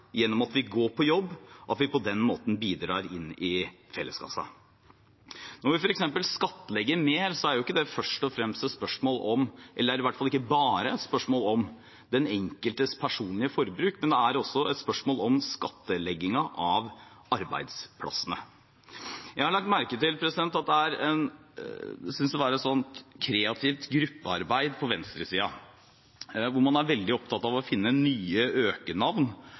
gjennom arbeid, gjennom at vi går på jobb, og at vi på den måten bidrar inn i felleskassa. Når vi f.eks. skattlegger mer, er ikke det bare et spørsmål om den enkeltes personlige forbruk, men det er også et spørsmål om skattleggingen av arbeidsplassene. Jeg har lagt merke til at det synes å være et kreativt gruppearbeid på venstresiden hvor man er veldig opptatt av å finne nye